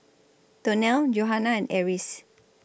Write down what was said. Donnell Johanna and Eris